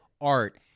art